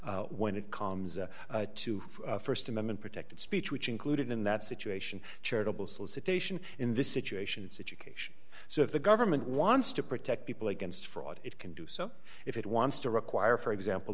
when it comes to st amendment protected speech which included in that situation charitable solicitation in this situation it's education so if the government wants to protect people against fraud it can do so if it wants to require for example